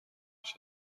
بیش